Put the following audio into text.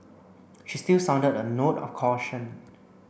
she still sounded a note of caution